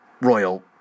Royal